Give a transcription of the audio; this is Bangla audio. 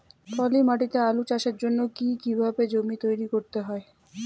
পলি মাটি তে আলু চাষের জন্যে কি কিভাবে জমি তৈরি করতে হয়?